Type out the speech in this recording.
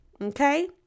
Okay